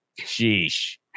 Sheesh